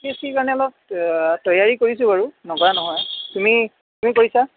এ P S চিৰ কাৰণে অলপ তৈয়াৰী কৰিছোঁ বাৰু নকৰা নহয় তুমি তুমি কৰিছা